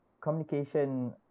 communication